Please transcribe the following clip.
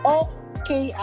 okay